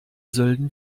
sölden